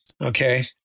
Okay